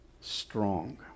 strong